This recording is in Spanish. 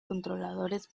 controladores